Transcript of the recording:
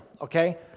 okay